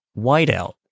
whiteout